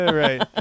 right